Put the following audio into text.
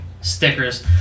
stickers